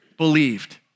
Believed